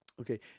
Okay